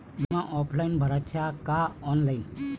बिमा ऑफलाईन भराचा का ऑनलाईन?